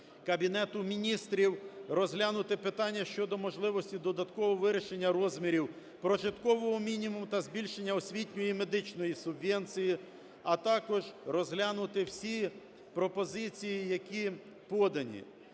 Кабінету Міністрів розглянути питання щодо можливості додаткового вирішення розмірів прожиткового мінімуму та збільшенні освітньої і медичної субвенції, а також розглянути всі пропозиції, які подані.